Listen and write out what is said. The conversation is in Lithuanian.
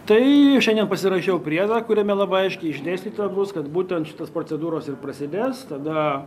tai šiandien pasirašiau priedą kuriame labai aiškiai išdėstyta bus kad būtent šitos procedūros ir prasidės tada